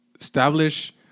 establish